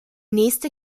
nächste